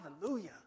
Hallelujah